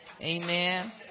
amen